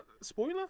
spoiler